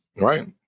Right